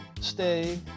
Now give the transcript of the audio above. stay